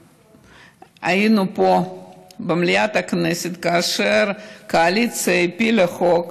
היינו פה במליאת הכנסת כאשר הקואליציה הפילה הצעת חוק